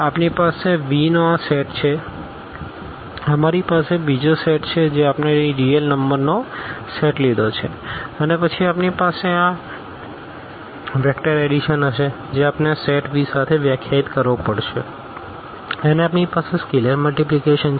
આપણી પાસે Vનો આ સેટ છે અમારી પાસે બીજો સેટ છે જે આપણે અહીં રીઅલ નંબરનો સેટ લીધો છે અને પછી આપણી પાસે આ વેક્ટર એડિશન હશે જે આપણે આ સેટ V સાથે વ્યાખ્યાયિત કરવા પડશે અને આપણી પાસે સ્કેલેર મલ્ટીપ્લીકેશન છે